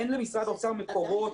אין למשרד האוצר מקורות,